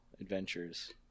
adventures